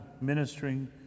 ministering